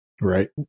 Right